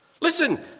Listen